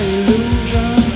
illusion